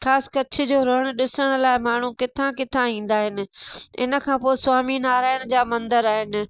ख़ासि कच्छ जो रण ॾिसण लाइ माण्हू किथां किथां ईंदा आहिनि इनखां पोइ स्वामी नारायण जा मंदर आहिनि